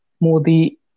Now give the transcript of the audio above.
Modi